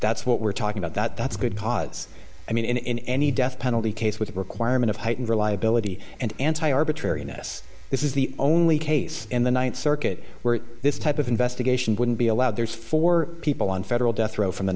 that's what we're talking about that that's good cause i mean in any death penalty case with a requirement of heightened reliability and anti arbitrariness this is the only case in the th circuit where this type of investigation wouldn't be allowed there's four people on federal death row from the